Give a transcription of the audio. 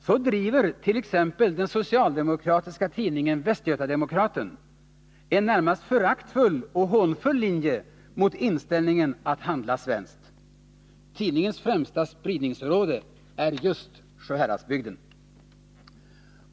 Så t.ex. driver den socialdemokratiska tidningen Västgöta-Demokraten en närmast föraktfull och hånfull linje till inställningen att handla svenskt. Tidningens främsta spridningsområde är just Sjuhäradsbygden!